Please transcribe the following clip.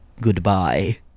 Goodbye